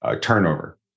turnover